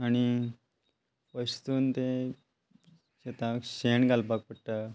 आनी अशें करून ते शेतांक शेण घालपाक पडटा